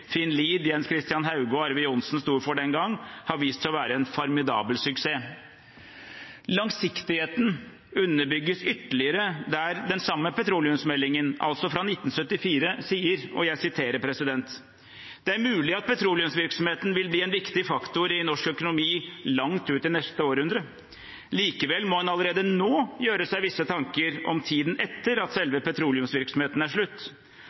Jens Christian Hauge og Arve Johnsen sto for den gang, har vist seg å være en formidabel suksess. Langsiktigheten underbygges ytterligere der den samme petroleumsmeldingen, altså fra 1974, sier: «Det er mulig at petroleumsvirksomheten vil bli en viktig faktor i norsk økonomi langt ut i neste århundre. Likevel må en allerede nå gjøre seg visse tanker om tiden etter at selve petroleumsvirksomheten er slutt.»